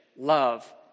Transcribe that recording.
Love